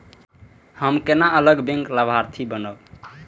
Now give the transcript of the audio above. हम केना अलग बैंक लाभार्थी बनब?